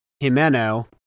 Himeno